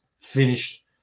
finished